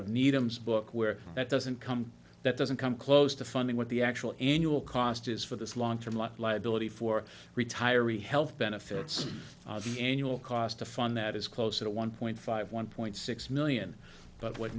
of needham's book where that doesn't come that doesn't come close to funding what the actual annual cost is for this long term lot liability for retiree health benefits annual cost a fund that is close at one point five one point six million but what